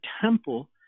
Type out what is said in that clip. temple